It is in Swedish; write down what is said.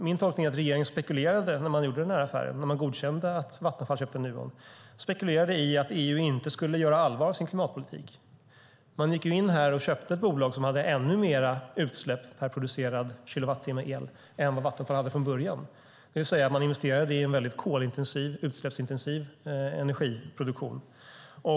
Min tolkning är att regeringen, när man godkände att Vattenfall köpte Nuon, spekulerade i att EU inte skulle göra allvar av sin klimatpolitik. Man gick in och köpte ett bolag som hade ännu mer utsläpp per producerad kilowattimme el än vad Vattenfall hade från början. Man investerade i en kol och utsläppsintensiv energiproduktion.